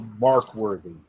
mark-worthy